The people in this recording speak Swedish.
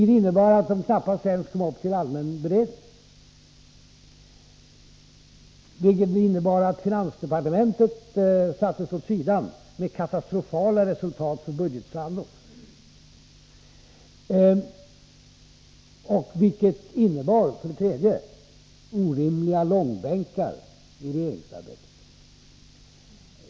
Det innebar att ärendena knappast ens kom till allmän beredning, att finansdepartementet sattes åt sidan med katastrofala resultat för budgetsaldot samt att det blev orimliga långbänkar i regeringsarbetet.